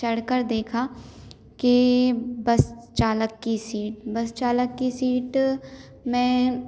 चढ़ कर देखा कि बस चालक की सीट बस चालक की सीट में